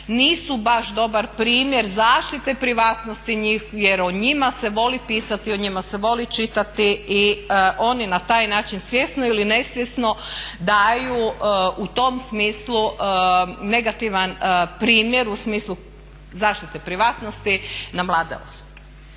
nisu baš dobar primjer zaštite privatnosti njih jer o njima se voli pisati, o njima se voli čitati i oni na taj način svjesno ili nesvjesno daju u tom smislu negativna primjer u smislu zaštite privatnosti na mlade osobe.